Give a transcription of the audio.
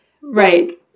Right